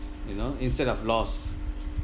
you know instead of loss